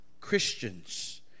Christians